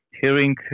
hearing